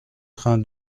train